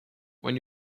when